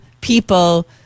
people